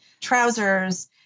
trousers